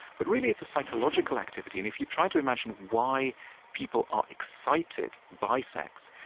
but really, it's a psychological activity. and if you try to imagine why people are excited by sex,